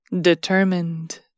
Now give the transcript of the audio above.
Determined